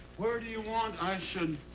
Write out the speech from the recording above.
where do you want i should